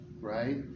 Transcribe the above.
right